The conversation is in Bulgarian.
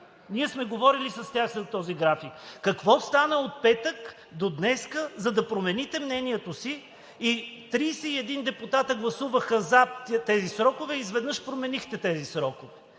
Ние сме говорили с тях за този график. Какво стана от петък до днес, за да промените мнението си – 31 депутати гласуваха за тези срокове, а изведнъж ги променихте?! Това